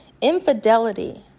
infidelity